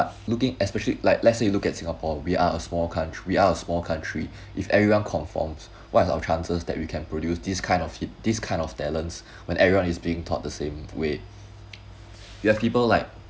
looking especially like let's say you look at singapore we are a small country we are a small country if everyone conforms what are chances that we can produce these kind of these kind of talents when everyone is being taught the same with you have people like